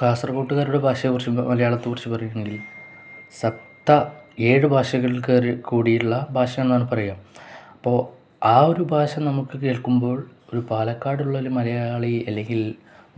കാസർഗോട്ടുകാരുടെ ഭാഷയക്കുറിച്ച് മലയാളത്തെ കുറിച്ചു പറയുകയാണെങ്കിൽ സപ്ത ഏഴ് ഭാഷകൾ കയറിക്കൂടിയുള്ള ഭാഷ എന്നാണ് പറയുക അപ്പോള് ആ ഒരു ഭാഷ നമുക്ക് കേൾക്കുമ്പോൾ ഒരു പാലക്കാടുള്ളൊരു മലയാളി അല്ലെങ്കിൽ